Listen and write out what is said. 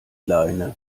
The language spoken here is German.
leine